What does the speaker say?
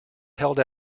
held